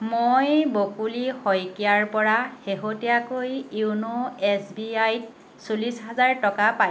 মই বকুলি শইকীয়াৰ পৰা শেহতীয়াকৈ য়োনো এছ বি আইত চল্লিছ হাজাৰ টকা পাইছোঁ নেকি